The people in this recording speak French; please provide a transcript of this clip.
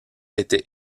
était